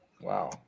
wow